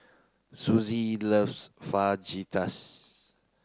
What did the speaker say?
Suzette loves Fajitas